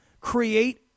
Create